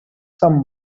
some